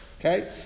okay